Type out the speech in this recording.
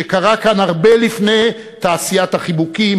שקרה כאן הרבה לפני תעשיית החיבוקים